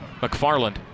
McFarland